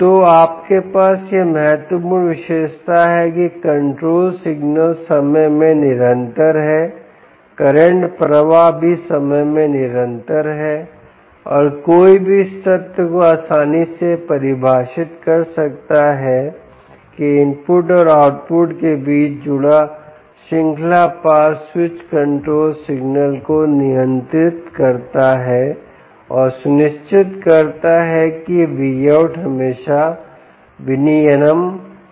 तो आपके पास यह महत्वपूर्ण विशेषता है कि कंट्रोल सिग्नल समय में निरंतर है करंट प्रवाह भी समय में निरंतर है और कोई भी इस तथ्य को आसानी से परिभाषित कर सकता है कि इनपुट और आउटपुट के बीच जुड़ा श्रृंखला पास स्विच कंट्रोल सिग्नल को नियंत्रित करता है और सुनिश्चित करता है कि यह Vout हमेशा विनियमन में होता है